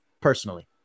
Personally